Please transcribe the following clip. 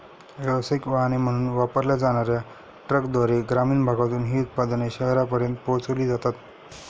व्यावसायिक वाहने म्हणून वापरल्या जाणार्या ट्रकद्वारे ग्रामीण भागातून ही उत्पादने शहरांपर्यंत पोहोचविली जातात